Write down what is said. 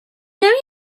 know